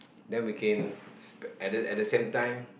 then we can at the at the same time